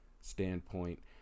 standpoint